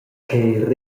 che